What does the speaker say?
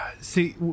See